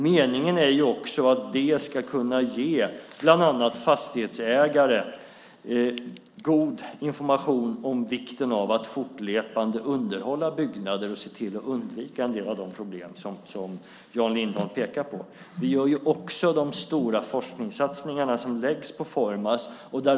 Meningen är ju också att det ska kunna ge bland annat fastighetsägare god information om vikten av att fortlöpande underhålla byggnader och se till att undvika en del av de problem som Jan Lindholm pekar på. Vi gör också de stora forskningssatsningarna som läggs på Formas.